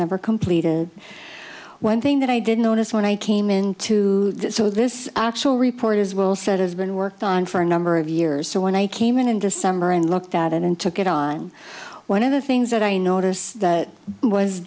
never completed one thing that i didn't notice when i came into so this actual report is will sort of been worked on for a number of years so when i came in in the summer and looked at it and took it on one of the things that i noticed that was